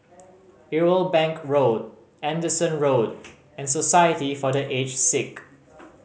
Irwell Bank Road Anderson Road and Society for The Aged Sick